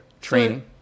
Training